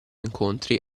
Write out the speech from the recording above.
incontri